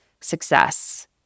success